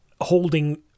holding